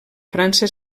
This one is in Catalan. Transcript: frança